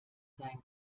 sein